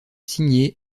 signer